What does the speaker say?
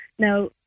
Now